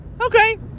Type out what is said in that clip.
Okay